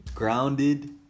grounded